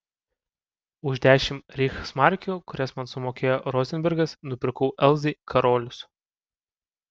už dešimt reichsmarkių kurias man sumokėjo rozenbergas nupirkau elzai karolius